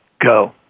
go